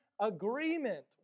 agreement